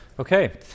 Okay